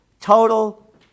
total